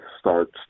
starts